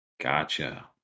Gotcha